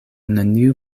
neniu